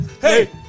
Hey